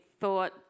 thought